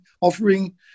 offering